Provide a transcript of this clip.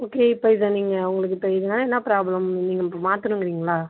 okay இப்போ இதை நீங்கள் அவங்களுக்கிட்ட இதனால் என்ன ப்ராப்ளம் நீங்கள் இப்போ மாற்றணுங்கறீங்களா